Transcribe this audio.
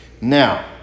Now